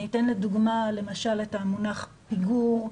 לדוגמה המונח פיגור,